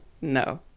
No